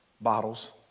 bottles